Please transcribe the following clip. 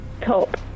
top